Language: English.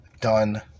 done